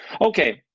okay